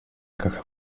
caja